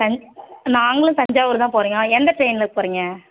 தஞ் நாங்களும் தஞ்சாவூர் தான் போகறோம் எந்த ட்ரெயினில் போகறீங்க